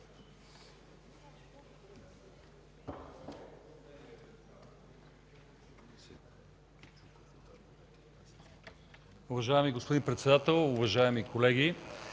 Уважаеми господин Председател, уважаеми колеги,